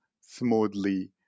smoothly